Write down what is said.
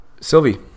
Sylvie